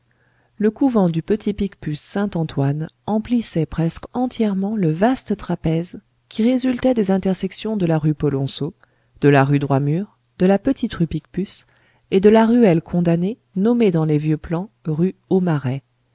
le couvent du petit picpus saint antoine emplissait presque entièrement le vaste trapèze qui résultait des intersections de la rue polonceau de la rue droit mur de la petite rue picpus et de la ruelle condamnée nommée dans les vieux plans rue aumarais